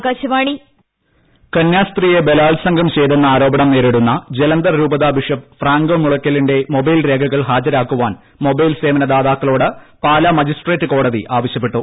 ടടടടടടടടടടടടടട പീഡനം കന്യാസ്ത്രീയെ ബലാത്സംഗം ചെയ്തെന്ന ആരോപണം നേരിടുന്ന ജലന്ധർ രൂപത ബിഷപ്പ് ഫ്രാങ്കോ മുളയ്ക്കലിന്റെ മൊബൈൽ രേഖകൾ ഹാജരാക്കാൻ മൊബൈൽ സേവന ദാതാക്കളോട് പാലാ മജിസ്ട്രേറ്റ് കോടതി ആവശ്യപ്പെട്ടു